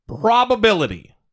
probability